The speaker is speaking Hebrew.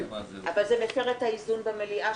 אבל זה מפר את האיזון במליאה,